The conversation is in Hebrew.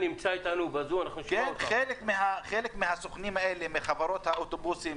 חלק מהסוכנים הללו מחברות האוטובוסים,